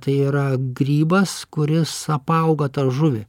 tai yra grybas kuris apauga tą žuvį